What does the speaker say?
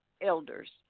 elders